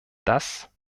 das